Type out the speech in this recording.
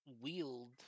wield